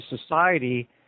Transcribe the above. society